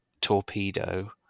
Torpedo